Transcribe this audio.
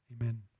amen